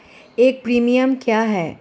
एक प्रीमियम क्या है?